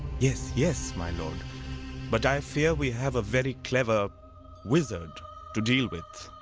yes. yes, my lord but i fear we have a very clever wizard to deal with.